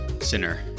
sinner